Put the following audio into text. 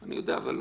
אבל לא היית פה.